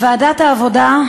בוועדת העבודה,